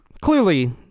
clearly